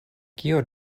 kio